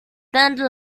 thunder